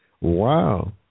Wow